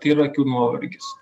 tai yra akių nuovargis